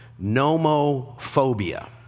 Nomophobia